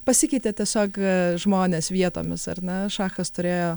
pasikeitė tiesiog žmonės vietomis ar ne šachas turėjo